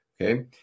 Okay